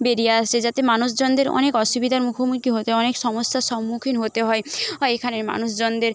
বেরিয়ে আসে যাতে মানুষজনদের অনেক অসুবিধার মুখোমুখি হতে হয় অনেক সমস্যার সম্মুখীন হতে হয় হয় এখানের মানুষজনদের